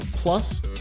plus